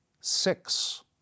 six